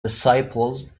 disciples